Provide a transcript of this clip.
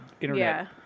internet